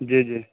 جی جی